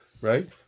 right